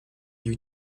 you